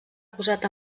acusat